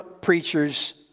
preacher's